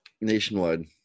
Nationwide